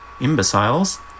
Imbeciles